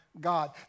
God